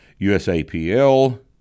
USAPL